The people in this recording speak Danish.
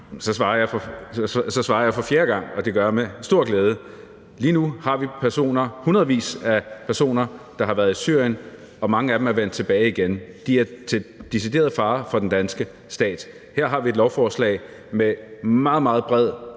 så svarer jeg for fjerde gang, og det gør jeg med stor glæde. Lige nu har vi nogle personer – hundredvis af personer – der har været i Syrien, og mange af dem er vendt tilbage igen. De er til decideret fare for den danske stat. Her har vi et lovforslag med meget, meget bred